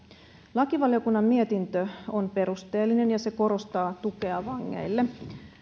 lakivaliokunnan mietintö on perusteellinen ja se korostaa tukea vangeille